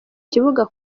kibuga